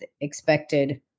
expected